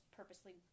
purposely